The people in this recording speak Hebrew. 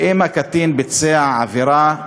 ואם הקטין ביצע עבירה,